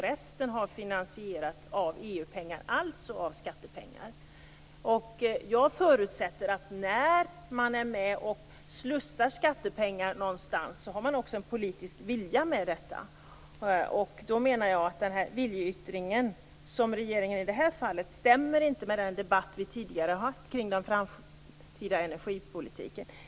Resten har finansierats med EU-pengar, alltså med skattepengar. Jag förutsätter att man, när man är med och slussar skattepengar någonstans, också har en politisk vilja med detta. Jag menar att den viljeyttring som regeringen visar i det här fallet inte stämmer med den debatt vi har fört tidigare om energipolitiken.